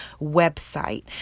website